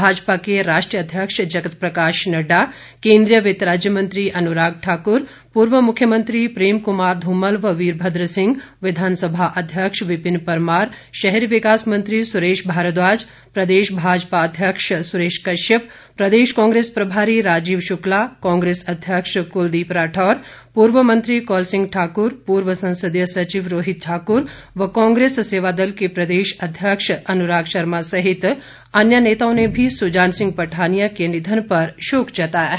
भाजपा के राष्ट्रीय अध्यक्ष जगत प्रकाश नड्डा केन्द्रीय वित्त राज्य मंत्री अनुराग ठाकुर पूर्व मुख्यमंत्री प्रेम कुमार धूमल वीरभद्र सिंह विधानसभा अध्यक्ष विपिन परमार शहरी विकास मंत्री सुरेश भारद्वाज प्रदेश भाजपा अध्यक्ष सुरेश कश्यप प्रदेश कांग्रेस प्रभारी राजीव शुक्ला कांग्रेस अध्यक्ष कुलदीप राठौर पूर्व मंत्री कौल सिंह ठाकुर पूर्व संसदीय सचिव रोहित ठाकुर व कांग्रेस सेवादल के प्रदेशाध्यक्ष अनुराग शर्मा सहित अन्य नेताओं ने भी सुजान सिंह पठानिया के निधन पर शोक जताया है